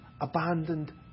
abandoned